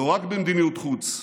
לא רק במדיניות חוץ,